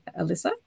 Alyssa